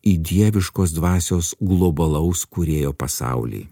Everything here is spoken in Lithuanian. į dieviškos dvasios globalaus kūrėjo pasaulį